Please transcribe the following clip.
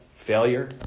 Failure